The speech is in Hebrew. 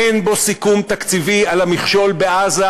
אין בו סיכום תקציבי על המכשול בעזה,